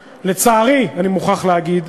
לצערי, אני מוכרח להגיד,